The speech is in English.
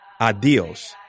Adios